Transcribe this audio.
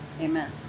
amen